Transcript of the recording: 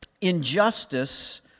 injustice